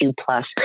plus